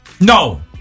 No